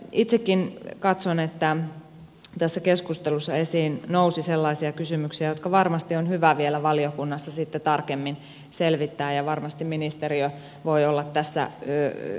itsekin katson että tässä keskustelussa esiin nousi sellaisia kysymyksiä jotka varmasti on hyvä vielä valiokunnassa sitten tarkemmin selvittää ja varmasti ministeriö voi olla tässä hyvänä tukena